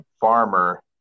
farmer